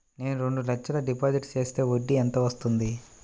నేను రెండు లక్షల డిపాజిట్ చేస్తే వడ్డీ ఎంత వస్తుంది?